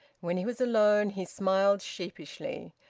when he was alone he smiled sheepishly,